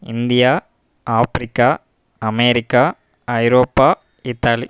India Africa America Europe Italy